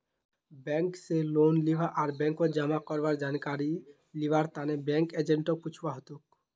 bank स loan लीबा आर बैंकत जमा करवार जानकारी लिबार तने बैंक एजेंटक पूछुवा हतोक